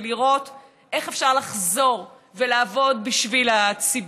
ולראות איך אפשר לחזור ולעבוד בשביל הציבור.